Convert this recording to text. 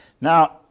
Now